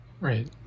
Right